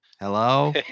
Hello